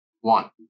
One